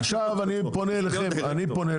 --- עכשיו אני פונה אליכם,